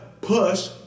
push